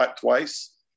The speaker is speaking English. twice